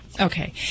Okay